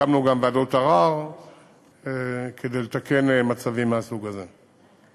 הקמנו גם ועדות ערר כדי לתקן מצבים מהסוג הזה.